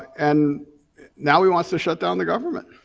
and now he wants to shut down the government.